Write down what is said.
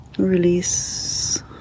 Release